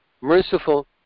merciful